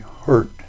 hurt